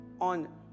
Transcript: on